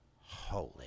holy